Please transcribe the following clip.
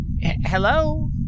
Hello